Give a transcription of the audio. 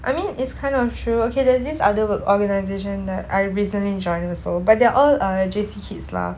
I mean it's kind of true okay there's this other work organisation that I recently joined also but they are all uh J_C kids lah